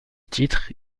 titre